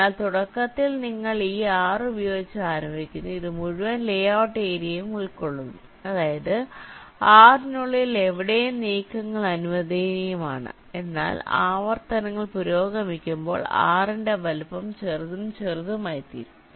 അതിനാൽ തുടക്കത്തിൽ നിങ്ങൾ ഈ R ഉപയോഗിച്ച് ആരംഭിക്കുന്നു ഇത് മുഴുവൻ ലേ ഔട്ട് ഏരിയയും ഉൾക്കൊള്ളുന്നു അതായത് R നുള്ളിൽ എവിടെയും നീക്കങ്ങൾ അനുവദനീയമാണ് എന്നാൽ ആവർത്തനങ്ങൾ പുരോഗമിക്കുമ്പോൾ R ന്റെ വലുപ്പം ചെറുതും ചെറുതുമായിത്തീരും